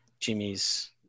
Jimmy's